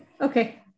okay